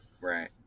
Right